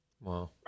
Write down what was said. Wow